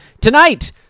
Tonight